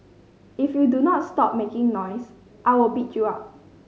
if you do not stop making noise I will beat you up